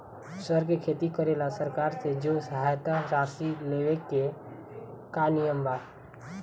सर के खेती करेला सरकार से जो सहायता राशि लेवे के का नियम बा?